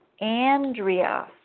Andrea